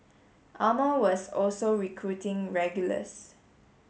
armour was also recruiting regulars